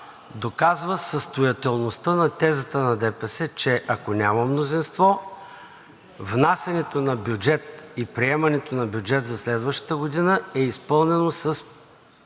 доказва състоятелността на тезата на ДПС, че ако няма мнозинство, внасянето на бюджет и приемането на бюджет за следващата година е изпълнено с